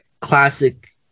classic